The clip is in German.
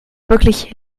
wirklich